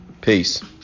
Peace